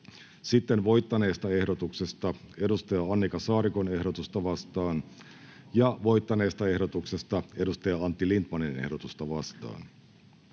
sitten voittaneesta ehdotuksesta Annika Saarikon ehdotusta vastaan ja sitten voittaneesta ehdotuksesta Antti Lindtmanin ehdotusta vastaan.